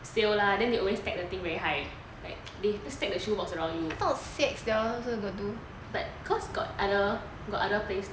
sale lah then they always stack the thing very high like the stack 的 shoe box around you like cause got other place to work mah